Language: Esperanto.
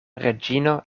reĝino